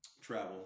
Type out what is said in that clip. travel